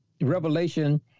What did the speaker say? Revelation